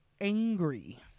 angry